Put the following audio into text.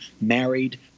married